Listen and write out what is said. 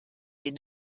des